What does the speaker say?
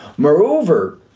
moreover,